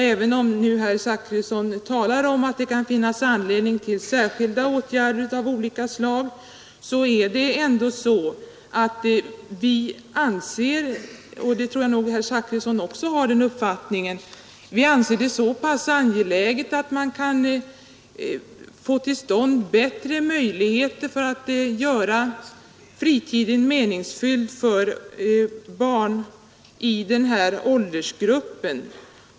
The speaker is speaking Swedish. Även om herr Zachrisson nu talar om att det kan finnas anledning till särskilda åtgärder av olika slag, anser vi det ändå — jag tror att även herr Zachrisson har den uppfattningen — angeläget att man kan få till stånd bättre möjligheter för en meningsfylld fritidsverksamhet i dessa åldersgrupper.